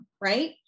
right